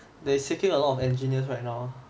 they seeking a lot of engineers right now